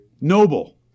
Noble